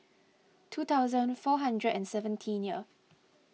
two thousand four hundred and seventeen